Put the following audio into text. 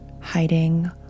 hiding